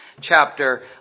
chapter